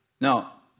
Now